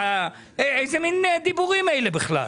איזה מין דיבורים אלה בכלל?